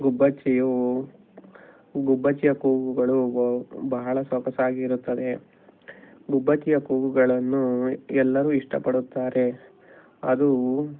ಗುಬ್ಬಚ್ಚಿಯು ಗುಬ್ಬಚ್ಚಿಯ ಕೂಗುಗಳು ಬಹಳ ಸೊಗಸಾಗಿರುತ್ತದೆ ಗುಬ್ಬಚ್ಚಿಯ ಕೂಗುಗಳನ್ನು ಎಲ್ಲರೂ ಇಷ್ಟಪಡುತ್ತಾರೆ ಅದು